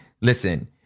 listen